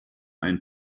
ein